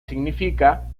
significa